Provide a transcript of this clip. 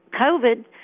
COVID